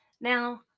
Now